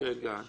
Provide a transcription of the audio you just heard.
שלנו.